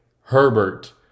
Herbert